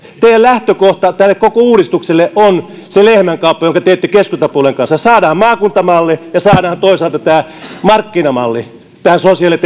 teidän lähtökohtanne tälle koko uudistukselle on se lehmänkauppa jonka teitte keskustapuolueen kanssa saadaan maakuntamalli ja saadaan toisaalta tämä markkinamalli näihin sosiaali ja